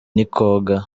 ntikoga